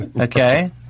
Okay